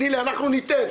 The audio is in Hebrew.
אנחנו ניתן.